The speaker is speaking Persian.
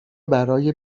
برای